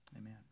Amen